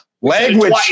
language